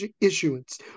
issuance